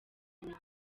nyundo